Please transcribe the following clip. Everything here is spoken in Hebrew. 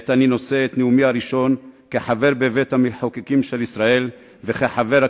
עת אני נושא את נאומי הראשון כחבר בבית-המחוקקים של ישראל וכחבר הכנסת,